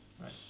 Right